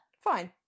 Fine